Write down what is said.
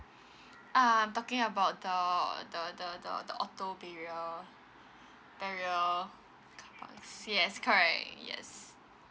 ah I'm talking about the the the the the auto barrier barrier carparks yes correct yes